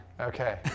Okay